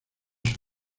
sus